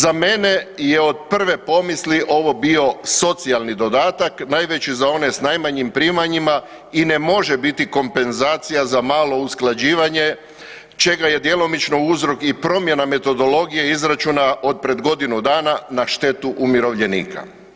Za mene je od prve pomisli ovo bio socijalni dodatak najveći za one s najmanjim primanjima i ne možete biti kompenzacija za malo usklađivanje čega je djelomično uzrok i promjena metodologije izračuna od pred godinu dana na štetu umirovljenika.